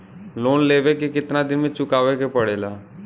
Loan लेवे के कितना दिन मे चुकावे के पड़ेला?